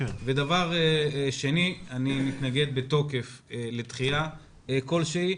אני מתנגד בתוקף לדחייה כלשהי.